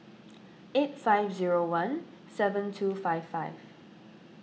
eight five zero one seven two five five